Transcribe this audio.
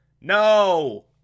no